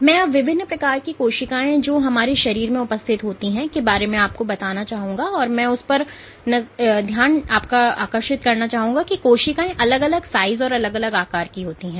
मैं अब विभिन्न प्रकार की कोशिकाएं जो हमारे शरीर में उपस्थित होती है के बारे में आपको बताना चाहूंगा और मैं उस पर डालना चाहूंगा कोशिकाएं अलग अलग साइज और अलग अलग आकार की होती है